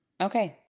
Okay